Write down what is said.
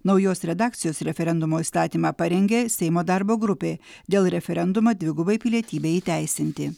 naujos redakcijos referendumo įstatymą parengė seimo darbo grupė dėl referendumo dvigubai pilietybei įteisinti